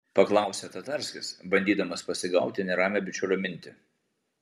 paklausė tatarskis bandydamas pasigauti neramią bičiulio mintį